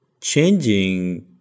changing